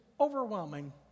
overwhelming